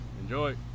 enjoy